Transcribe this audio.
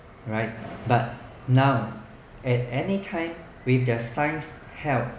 right but now at any time with their science help